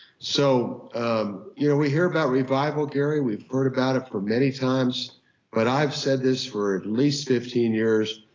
so um you know we hear about revival gary, we've heard about it for many times but i've said this for at least fifteen years,